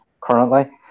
currently